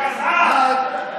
גזענות.